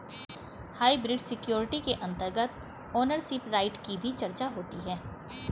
hybrid security के अंतर्गत ownership right की भी चर्चा होती है